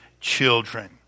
children